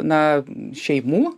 na šeimų